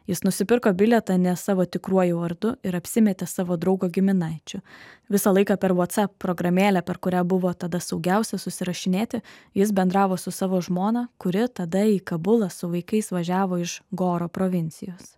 jis nusipirko bilietą ne savo tikruoju vardu ir apsimetė savo draugo giminaičiu visą laiką per whatsapp programėlę per kurią buvo tada saugiausia susirašinėti jis bendravo su savo žmona kuri tada į kabulą su vaikais važiavo iš goro provincijos